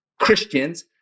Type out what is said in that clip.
Christians